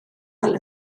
fel